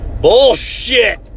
Bullshit